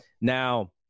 Now